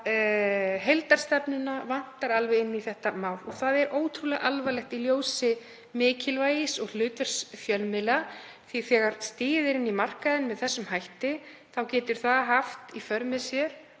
heildarstefnu vantar alveg inn í þetta mál og það er ótrúlega alvarlegt í ljósi mikilvægis og hlutverks fjölmiðla því þegar stigið er inn á markaðinn með þessum hætti getur það haft í för með sér